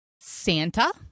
Santa